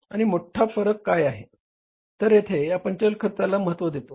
आणि मोठा फरक काय आहे तर येथे आपण चल खर्चाला महत्त्व देतो